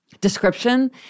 description